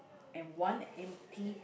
and one empty